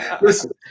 Listen